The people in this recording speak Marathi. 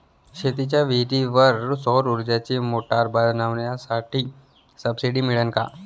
शेतीच्या विहीरीवर सौर ऊर्जेची मोटार बसवासाठी सबसीडी मिळन का?